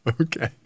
Okay